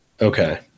okay